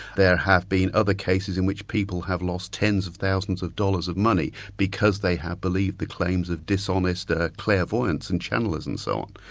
there have been other cases in which people have lost tens of thousands of dollars of money because they have believed the claims of dishonest ah clairvoyants and channellers and so on.